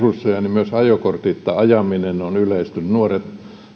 myös ajokortitta ajaminen on yleistynyt kun ei ole liikkuvalla poliisilla resursseja nuoret